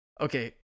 Okay